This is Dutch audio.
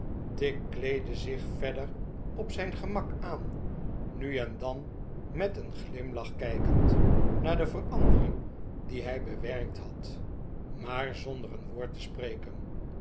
tigg kleedde zich verder op zijn gemak aan f nu en dan met een glimlach kijkend naar de verandering die hij bewerkt had maar zonder een woord te spreken